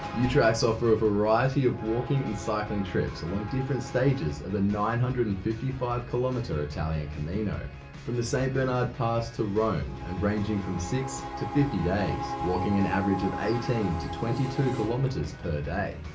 utracks offer a variety of walking and cycling trips along different stages of a nine hundred and fifty five kilometre italian camino from the st bernard pass to rome and ranging from six to fifty days walking an average of eighteen to twenty two kilometers per day